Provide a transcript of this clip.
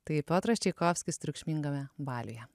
tai piotras čaikovskis triukšmingame baliuje